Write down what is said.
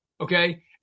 okay